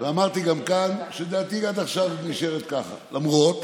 ואמרתי גם כאן שדעתי עד עכשיו נשארת כך, למרות